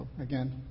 again